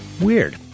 Weird